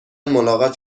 ملاقات